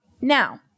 Now